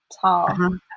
Tall